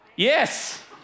Yes